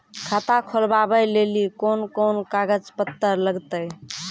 खाता खोलबाबय लेली कोंन कोंन कागज पत्तर लगतै?